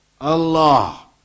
Allah